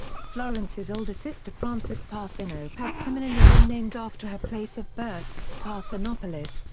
florence's older sister frances parthenope had similarly been named after her place of birth, parthenopolis,